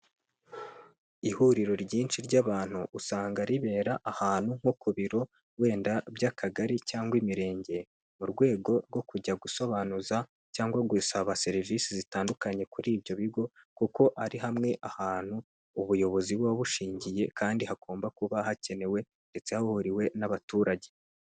Ihuriro ryinshi ry'abantu, usanga ribera ahantu nko ku biro wenda by'akagari cyangwa imirenge, mu rwego rwo kujya gusobanuza cyangwa gusaba serivisi zitandukanye kuri ibyo bigo, kuko ari hamwe ahantu ubuyobozi buba bushingiye kandi hagomba kuba hakenewe, ndetse hahuriwe n'abaturage.